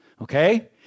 Okay